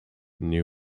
new